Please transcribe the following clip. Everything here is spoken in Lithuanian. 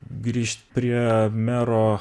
grįžt prie mero